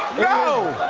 no!